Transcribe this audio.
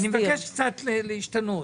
אני מבקש קצת להשתנות.